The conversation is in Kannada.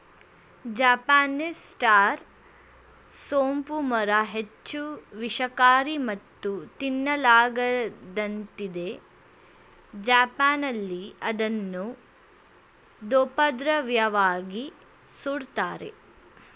ಜಪಾನೀಸ್ ಸ್ಟಾರ್ ಸೋಂಪು ಮರ ಹೆಚ್ಚು ವಿಷಕಾರಿ ಮತ್ತು ತಿನ್ನಲಾಗದಂತಿದೆ ಜಪಾನ್ನಲ್ಲಿ ಅದನ್ನು ಧೂಪದ್ರವ್ಯವಾಗಿ ಸುಡ್ತಾರೆ